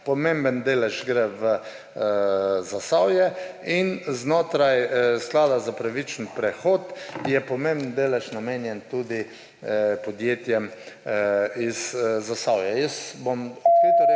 Pomemben delež gre v Zasavje. Znotraj sklada za pravičen prehod je pomemben delež namenjen tudi podjetjem iz Zasavja. Jaz bom odkrito